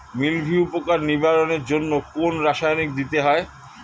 মিলভিউ পোকার নিবারণের জন্য কোন রাসায়নিক দিতে হয়?